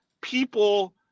people